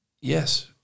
yes